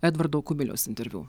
edvardo kubiliaus interviu